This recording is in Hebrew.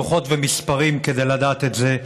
דוחות ומספרים כדי לדעת את זה.